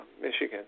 Michigan